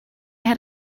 had